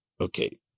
Okay